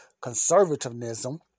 conservatism